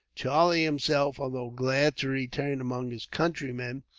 charlie himself, although glad to return among his countrymen,